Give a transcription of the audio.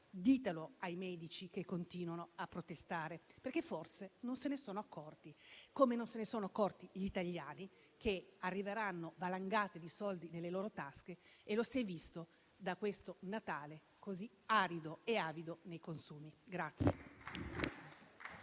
ditelo ai medici che continuano a protestare, perché forse non se ne sono accorti, come gli italiani non si sono accorti che arriveranno valangate di soldi nelle loro tasche. E lo si è visto da questo Natale, così arido e avido nei consumi.